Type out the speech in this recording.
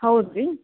ಹೌದು ರೀ